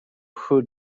who